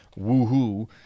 Woohoo